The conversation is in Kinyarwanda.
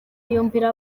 yumvira